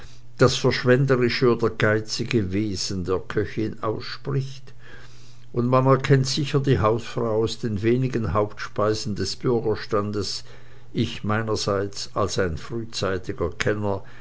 das verschwenderische oder geizige wesen der köchin ausspricht und man erkennt sicher die hausfrau aus den wenigen hauptspeisen des bürgerstandes ich meinerseits als ein frühzeitiger kenner